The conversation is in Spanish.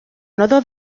nodo